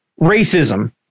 racism